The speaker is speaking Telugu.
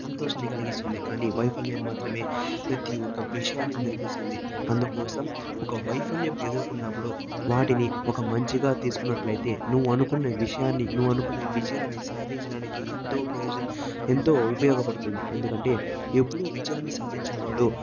సంతోషాన్ని కలిగిస్తుంది కానీ వైఫల్యం మాత్రమే ప్రతి ఒక్క విషయాన్ని నేర్పిస్తుంది అందుకోసం ఒక వైఫల్యం ఎదుర్కొన్నప్పుడు వాటిని ఒక మంచిగా తీసుకున్నట్లయితే నువ్వు అనుకున్న విషయాన్ని నువ్వు అనుకున్న విజయాన్ని సాధించడానికి ఎంతో ప్రయోజనం ఎంతో ఉపయోగపడుతుంది ఎందుకంటే ఎప్పుడు విజయాన్ని సాధించేవాడు